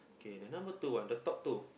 okay the number two one the top two